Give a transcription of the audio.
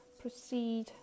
proceed